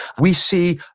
we see,